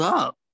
up